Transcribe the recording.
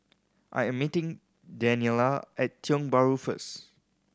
I am meeting Daniela at Tiong Bahru first